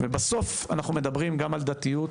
בסוף, אנחנו מדברים גם על דתיות,